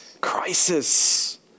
Crisis